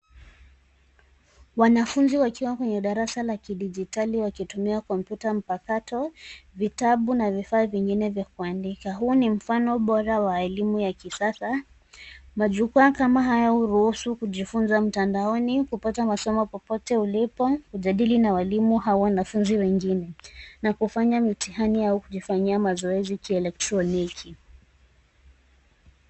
Wanafunzi wakiwa kwenye darasa la kidijitali, wakitumia kompyuta mpakato, vitabu na vifaa vingine vya kuandika. Huu ni mfano bora wa elimu ya kisasa. Majukwaa kama haya huruhusu kujifunza mtandaoni, kupata masomo popote ulipo, kujadili na walimu au wanafunzi wengine, na kufanya mitihani au kujifanyia mazoezi kielektroniki.